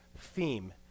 theme